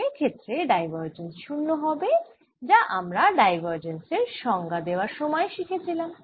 সেক্ষেত্রে ডাইভারজেন্স শূন্য হবে যা আমরা ডাইভারজেন্স এর সংজ্ঞা দেওয়ার সময়েই শিখেছিলাম